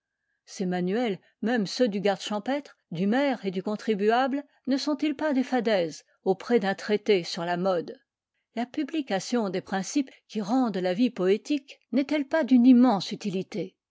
ces manuels même ceux du garde champêtre du maire et du contribuable ne sont-ils pas des fadaises auprès d'un traité sur la mode la publication des principes qui rendent la vie poétique n'estelle pas d'une immense utilité